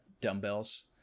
dumbbells